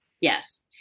Yes